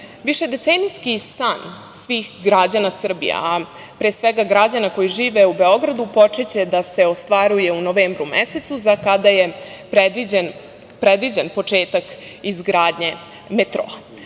metroa. Višedecenijski san svih građana Srbije, a pre svega građana koji žive u Beogradu, počeće da se ostvaruje u novembru mesecu, za kada je predviđen početak izgradnje metroa.